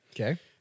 Okay